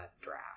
draft